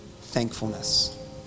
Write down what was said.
Thankfulness